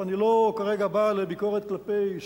ואני כרגע לא בא בביקורת כלפי